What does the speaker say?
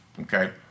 Okay